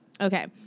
Okay